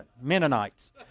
Mennonites